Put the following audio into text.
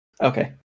Okay